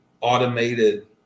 automated